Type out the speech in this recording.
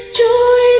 joy